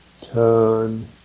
turn